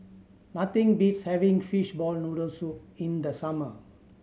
nothing beats having fishball noodle soup in the summer